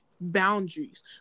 boundaries